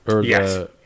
Yes